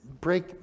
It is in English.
break